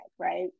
right